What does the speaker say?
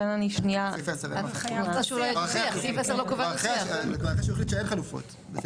אבל בסעיף (10) אמרת שאין חלופות.